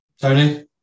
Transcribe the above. Tony